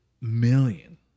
million